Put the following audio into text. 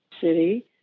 City